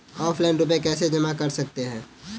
Offline रुपये कैसे जमा कर सकते हैं?